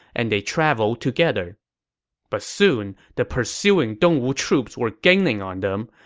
and they traveled together but soon, the pursuing dongwu troops were gaining on them.